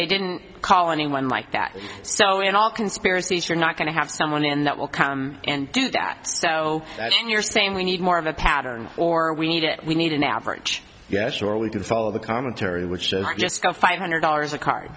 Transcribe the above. they didn't call anyone like that so in all conspiracies you're not going to have someone in that will come and do that so you're saying we need more of a pattern or we need it we need an average yes or we could follow the commentary which just got five hundred dollars a car